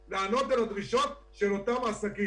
יש פה מגזר עסקי שמתמודד עם אסון ואת האסון הזה צריך להניח.